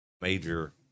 major